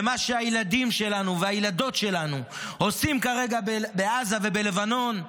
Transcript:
ומה שהילדים שלנו והילדות שלנו עושים כרגע בעזה ובלבנון,